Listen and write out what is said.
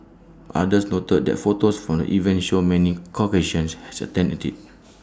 others noted that photos from the event showed many Caucasians has attended IT